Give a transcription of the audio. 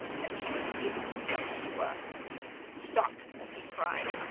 that she has given herself to a stop! he cried,